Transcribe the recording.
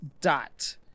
dot